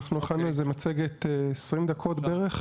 אנחנו הכנו איזה מצגת של 20 דקות בערך,